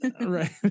right